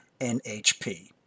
NHP